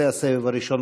זה הסבב הראשון.